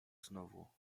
znowu